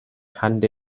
hand